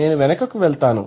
నేను వెనకకు వెళ్తాను